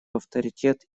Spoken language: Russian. авторитет